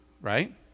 right